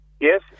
Yes